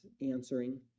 answering